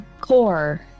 Core